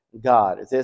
God